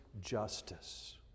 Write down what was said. justice